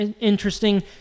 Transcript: interesting